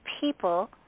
people